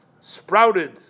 sprouted